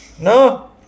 no